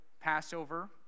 passover